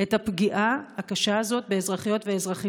את הפגיעה הקשה הזאת באזרחיות ובאזרחים